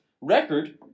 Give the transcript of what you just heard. record